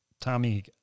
Tommy